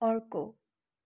अर्को